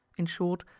in short,